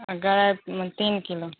आ गरै तीन किलो